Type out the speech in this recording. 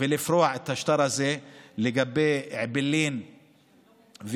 ולפרוע את השטר הזה לגבי אעבלין וכאוכב.